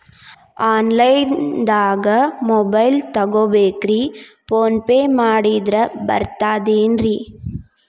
Online ದಾಗ ಒಂದ್ mobile ತಗೋಬೇಕ್ರಿ ಫೋನ್ ಪೇ ಮಾಡಿದ್ರ ಬರ್ತಾದೇನ್ರಿ?